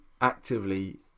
actively